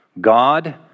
God